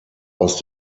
aus